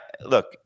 look